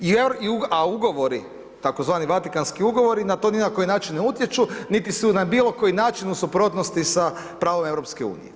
A ugovori tzv. Vatikanski ugovori na to ni na koji način ne utječu, niti su na bilo koji način u suprotnosti sa pravom EU.